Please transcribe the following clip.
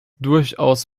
durchaus